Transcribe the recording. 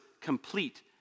complete